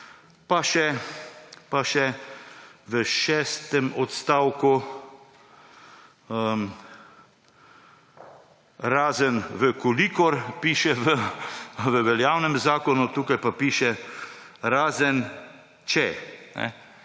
pa še v šestem odstavku »razen v kolikor« piše v veljavnem zakonu, tukaj pa piše »razen če«.